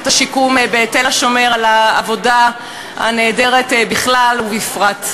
השיקום בתל-השומר על העבודה הנהדרת בכלל ובפרט.